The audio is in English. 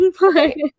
Right